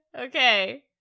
Okay